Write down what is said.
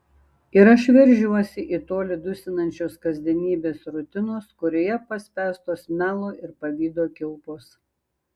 ir aš veržiuosi į tolį dusinančios kasdienybės rutinos kurioje paspęstos melo ir pavydo kilpos